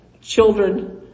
children